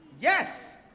Yes